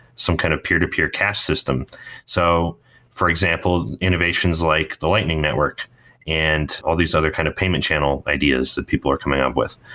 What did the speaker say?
some kind of peer-to-peer cash system so for example, innovations like the lightning network and all these other kind of payment channel ideas that people are coming out with.